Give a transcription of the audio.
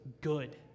good